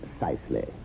Precisely